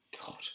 God